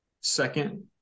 Second